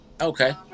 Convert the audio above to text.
Okay